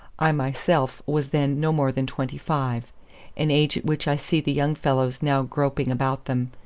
i myself was then no more than twenty-five an age at which i see the young fellows now groping about them,